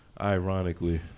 ironically